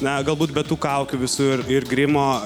na galbūt be tų kaukių visų ir ir grimo